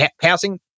passing